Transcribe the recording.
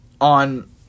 on